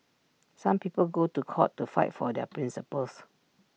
some people go to court to fight for their principles